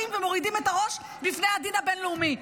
ומורידים את הראש בפני הדין הבין-לאומי.